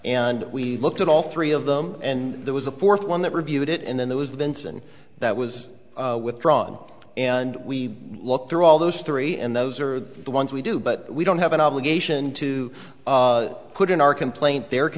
and we looked at all three of them and there was a fourth one that reviewed it and then there was the ensign that was withdrawn and we look through all those three and those are the ones we do but we don't have an obligation to put in our complaint the